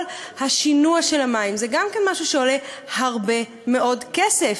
כל השינוע של המים זה גם משהו שעולה הרבה מאוד כסף,